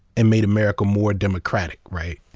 and made america more democratic. right?